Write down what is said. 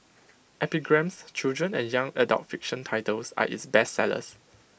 epigram's children and young adult fiction titles are its bestsellers